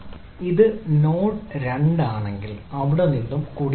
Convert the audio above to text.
ഇത് നോഡ് 2 ആണെങ്കിൽ അത് അവിടെ കുടിയേറുന്നു